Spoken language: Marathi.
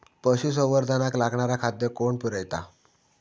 पशुसंवर्धनाक लागणारा खादय कोण पुरयता?